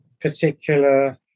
particular